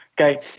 Okay